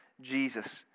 Jesus